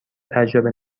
تجربه